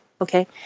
Okay